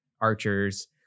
archers